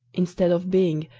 instead of being,